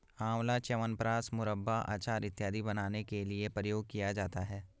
आंवला च्यवनप्राश, मुरब्बा, अचार इत्यादि बनाने के लिए प्रयोग किया जाता है